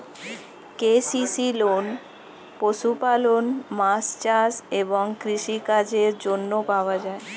KCC loan পশুপালন, মাছ চাষ এবং কৃষি কাজের জন্য পাওয়া যায়